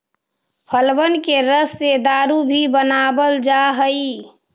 फलबन के रस से दारू भी बनाबल जा हई